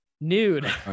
nude